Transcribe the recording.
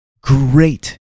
great